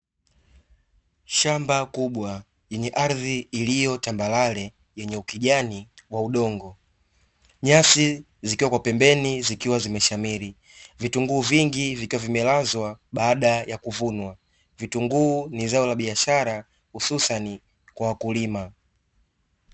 Shamba kubwa yenye ardhi iliyotambalale yenye ukijani wa udongo, nyasi zikiwa kwa pembeni, zikiwa zimeshamili vitungu vingi vikiwa vimelazwa baada ya kuvunwa vitunguu ni zao la biashara hususani kwa wakulima.